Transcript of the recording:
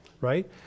right